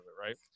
right